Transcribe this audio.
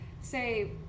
say